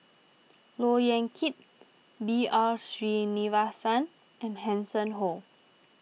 Look Yan Kit B R Sreenivasan and Hanson Ho